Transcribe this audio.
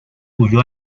huyó